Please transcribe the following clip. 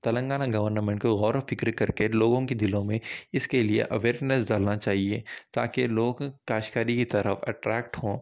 Telangana government کو غور و فکر کے لوگوں کے دلوں میں اس کے لیے اویئرنیس ڈالنا چاہیے تاکہ لوگ کاشتکاری کی طرف ایٹریکٹ ہوں